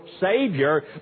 Savior